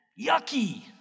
yucky